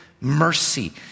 mercy